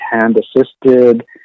hand-assisted